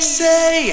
say